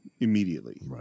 immediately